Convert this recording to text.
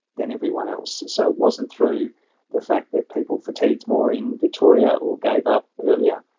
than everyone else, so it wasn't through the fact that people fatigued more in victoria or gave up earlier,